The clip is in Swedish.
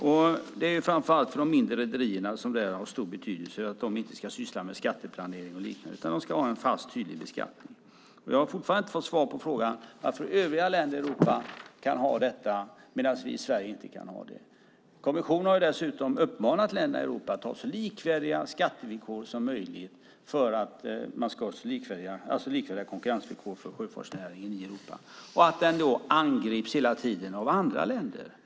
Det har stor betydelse i synnerhet för de mindre rederierna för att de inte ska syssla med skatteplanering och liknande. I stället ska de ha en fast och tydlig beskattning. Jag har fortfarande inte fått svar på min fråga. Övriga länder i Europa kan ha detta medan vi i Sverige inte kan det. Kommissionen har dessutom uppmanat länderna i Europa att ha så likvärdiga skattevillkor som möjligt, alltså likvärdiga konkurrensvillkor för sjöfartsnäringen i Europa. Den angrips hela tiden av andra länder.